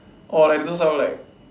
orh like those are like